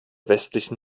westlichen